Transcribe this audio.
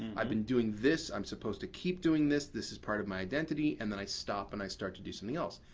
i've been doing this, i'm supposed to keep doing this, this is part of my identity, and then i stop and i start to do something else.